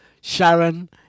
Sharon